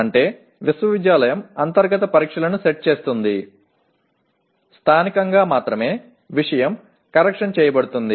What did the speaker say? అంటే విశ్వవిద్యాలయం అంతర్గత పరీక్షలను సెట్ చేస్తుంది స్థానికంగా మాత్రమే విషయం కరెక్షన్ చేయబడుతుంది